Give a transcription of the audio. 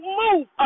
move